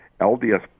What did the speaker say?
LDS